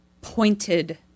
pointed